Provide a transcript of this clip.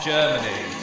Germany